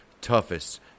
toughest